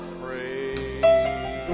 praise